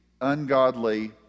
ungodly